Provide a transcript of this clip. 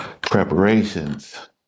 preparations